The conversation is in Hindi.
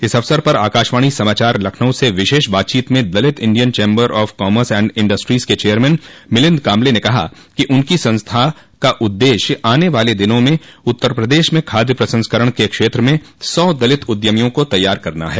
इस अवसर पर आकाशवाणी समाचार लखन्क से विशेष बातचीत में Dalit Indian chamber of commerce and industries के चेयरमैन मिलिन्द काम्बले ने कहा कि उनकी संस्था का उददेश्य आने वाले दिनों में उत्तर प्रदेश में खाद्य प्रसंस्करण के क्षेत्र में सौ दलित उद्यमियों को तैयार करना है